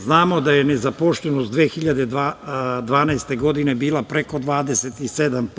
Znamo da je nezaposlenost 2012. godine bila preko 27%